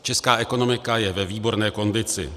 Česká ekonomika je ve výborné kondici.